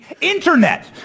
internet